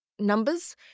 Numbers